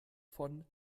von